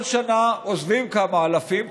כל שנה עוזבים כמה אלפים,